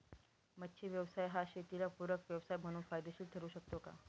मच्छी व्यवसाय हा शेताला पूरक व्यवसाय म्हणून फायदेशीर ठरु शकतो का?